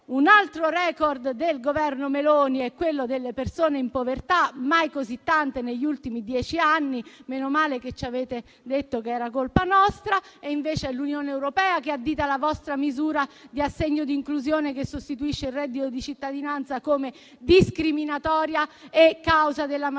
Un altro *record* del Governo Meloni è quello delle persone in povertà: mai così tante negli ultimi dieci anni. Meno male che ci avete detto che era colpa nostra, invece è l'Unione europea che addita la vostra misura di assegno di inclusione, che sostituisce il reddito di cittadinanza, come discriminatoria e causa della maggiore